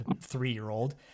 three-year-old